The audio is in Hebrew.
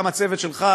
גם הצוות שלך,